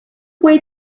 wait